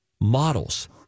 models